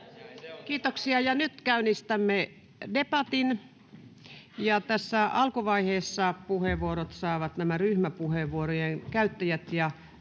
Kiitoksia. — Nyt käynnistämme debatin. Tässä alkuvaiheessa puheenvuorot saavat ryhmäpuheenvuorojen käyttäjät